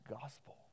gospel